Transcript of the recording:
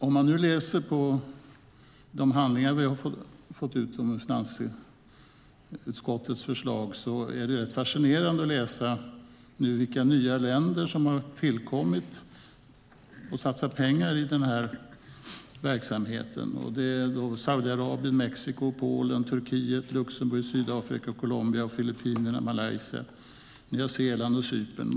I de handlingar som vi har fått ut om finansutskottets förslag är det fascinerande att läsa vilka länder som har tillkommit och satsat pengar i den här verksamheten. Det är Saudiarabien, Mexiko, Polen, Turkiet, Luxemburg, Sydafrika, Colombia, Filippinerna, Malaysia, Nya Zeeland och Cypern.